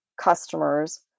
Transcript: customers